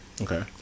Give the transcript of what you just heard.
Okay